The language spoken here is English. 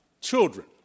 children